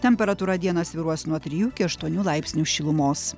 temperatūra dieną svyruos nuo trijų iki aštuonių laipsnių šilumos